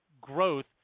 growth